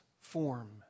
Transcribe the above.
form